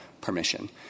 permission